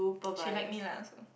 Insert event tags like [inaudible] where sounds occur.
[noise] she like me lah so